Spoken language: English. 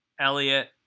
Elliot